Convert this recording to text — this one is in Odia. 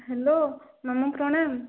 ହ୍ୟାଲୋ ମାମୁଁ ପ୍ରଣାମ